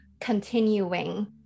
continuing